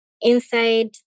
inside